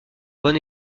bon